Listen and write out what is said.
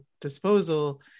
disposal